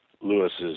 Lewis's